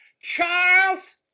Charles